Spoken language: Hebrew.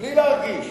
בלי להרגיש,